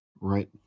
right